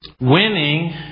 Winning